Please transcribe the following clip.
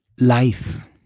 life